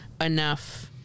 enough